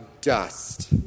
dust